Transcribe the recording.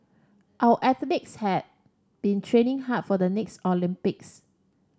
our athletes have been training hard for the next Olympics